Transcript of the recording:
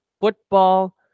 football